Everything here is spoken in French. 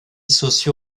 socio